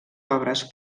obres